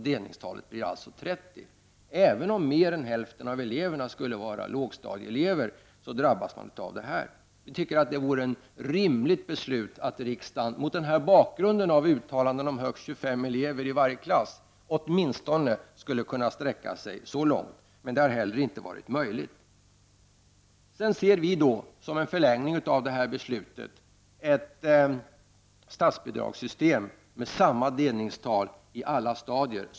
Delningstalet blir 30, även om mer än hälften av eleverna är lågstadieelever. Vi tycker att det vore ett rimligt beslut om riksdagen, mot bakgrund av uttalandet om högst 25 elever i varje klass, åtminstone skulle sträcka sig så långt. Men det har inte varit möjligt. Som en förlängning av det beslutet ser vi ett statsbidragssystem med samma delningstal i alla stadier.